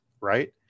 right